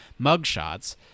mugshots